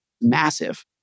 massive